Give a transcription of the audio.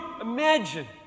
Imagine